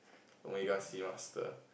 omega sea master